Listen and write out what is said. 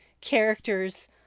characters